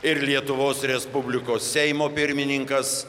ir lietuvos respublikos seimo pirmininkas